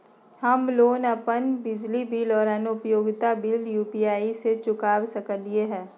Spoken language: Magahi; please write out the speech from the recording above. हम लोग अपन बिजली बिल और अन्य उपयोगिता बिल यू.पी.आई से चुका सकिली ह